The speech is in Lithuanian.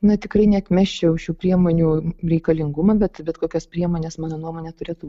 na tikrai neatmesčiau šių priemonių reikalingumo bet bet kokios priemonės mano nuomone turėtų